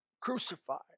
crucified